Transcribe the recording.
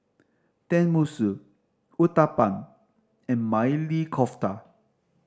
Tenmusu Uthapam and Maili Kofta